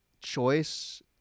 choice